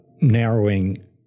narrowing